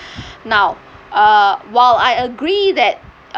now uh while I agree that